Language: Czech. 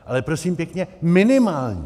Ale prosím pěkně minimální.